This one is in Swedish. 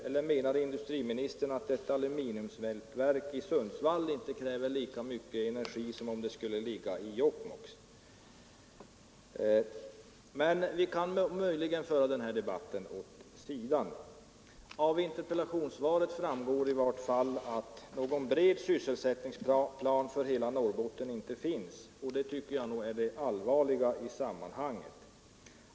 Eller menade industriministern att ett aluminiumsmältverk inte kräver lika mycket energi om det ligger i Sundsvall som om det skulle ligga i Jokkmokk? Men vi kan möjligen föra den här debatten åt sidan. Av interpellationssvaret framgår i vart fall att någon bred sysselsättningsplan för hela Norrbotten inte finns, och detta tycker jag är det allvarliga i sammanhanget.